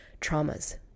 traumas